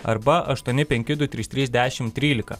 arba aštuoni penki du trys trys dešim trylika